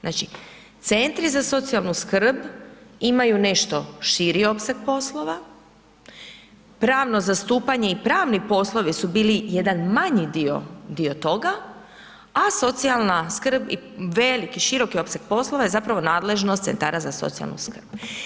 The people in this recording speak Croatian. Znači centri za socijalnu skrb imaju nešto širi opseg poslova, pravno zastupanje i pravni poslovi su bili jedan manji dio toga, a socijalna skrb i velik i široki opseg poslova je zapravo nadležnost centara za socijalnu skrb.